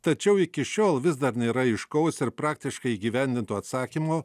tačiau iki šiol vis dar nėra aiškaus ir praktiškai įgyvendinto atsakymo